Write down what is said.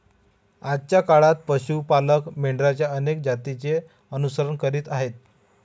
आजच्या काळात पशु पालक मेंढरांच्या अनेक जातींचे अनुसरण करीत आहेत